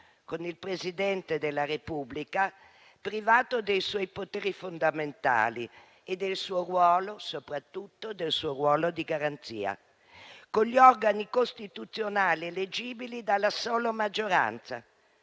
con il Presidente della Repubblica privato dei suoi poteri fondamentali e del suo ruolo, soprattutto del suo ruolo di garanzia, con gli organi costituzionali eleggibili dalla sola maggioranza.